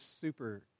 super